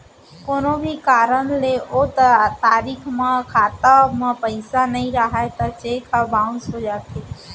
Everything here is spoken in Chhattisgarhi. कोनो भी कारन ले ओ तारीख म खाता म पइसा नइ रहय त चेक ह बाउंस हो जाथे